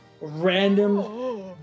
random